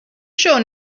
sure